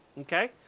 Okay